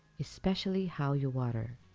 especially how you water.